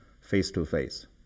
face-to-face